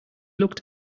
looked